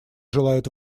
желает